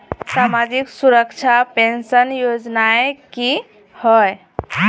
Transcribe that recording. सामाजिक सुरक्षा पेंशन योजनाएँ की होय?